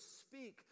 speak